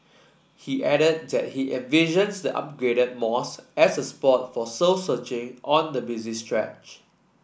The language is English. he added that he envisions the upgraded mosque as a spot for soul searching on the busy stretch